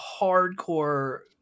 hardcore